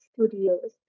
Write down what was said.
Studios